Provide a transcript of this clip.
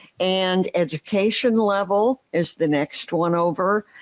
and education level is the next one over.